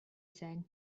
said